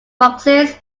boxes